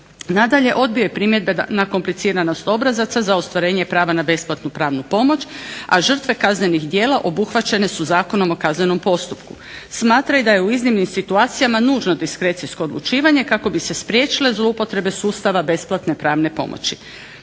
Nadalje, odbio je primjedbe na kompliciranost obrazaca za ostvarenje prava na besplatnu pravnu pomoć, a žrtve kaznenih djela obuhvaćene su Zakonom o kaznenom postupku. Smatraju da je u iznimnim situacijama nužno diskrecijsko odlučivanje kako bi se spriječile zlouporabe sustava besplatne pravne pomoći.